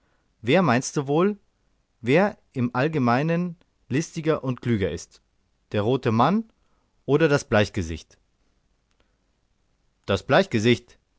wer meinst du wohl wer im allgemeinen listiger und klüger ist der rote mann oder das bleichgesicht das bleichgesicht